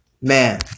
Man